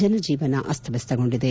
ಜನಜೀವನ ಅಸ್ತವ್ಯಸ್ತಗೊಂಡಿದೆ